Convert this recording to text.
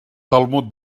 talmud